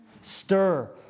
Stir